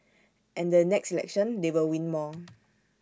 and the next election they will win more